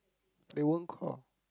they won't call